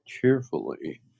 cheerfully